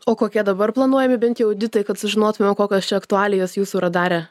o kokie dabar planuojami bent jau auditai kad sužinotume o kokios čia aktualijos jūsų radare